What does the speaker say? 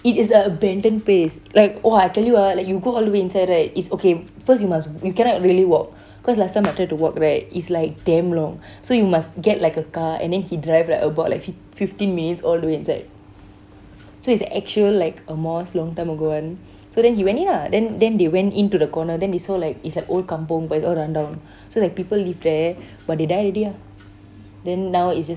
it is a abandoned place like !wah! I tell you ah like you go all the way inside right is okay first you must you cannot really walk cause last time I try to walk right it's like damn long so you must get like a car and then he drive like about like fifteen minutes all the way inside so it's actual like a mosque long time ago [one] so then he went in ah then then they went into the corner then they saw like is like old kampung but all run down so like people lived there but they die already ah then now is just